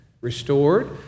restored